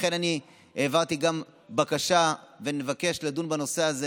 לכן אני העברתי בקשה, ואני מבקש לדון בנושא הזה.